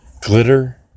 glitter